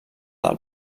del